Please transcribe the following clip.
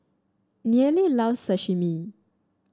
Nealie loves Sashimi